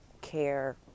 care